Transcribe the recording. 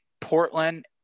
Portland